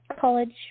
College